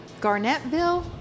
Garnettville